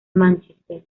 mánchester